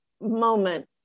moment